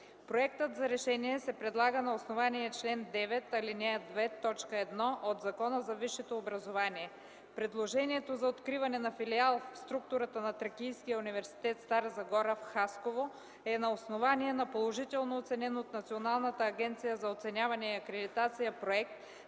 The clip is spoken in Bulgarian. Проектът за решение се предлага на основание чл. 9, ал. 2, т . 1 от Закона за висшето образование. Предложението за откриване на филиал в структурата на Тракийския университет – Стара Загора, в Хасково е на основание на положително оценен от Националната агенция за оценяване и акредитация проект